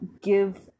give